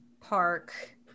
park